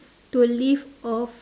to live off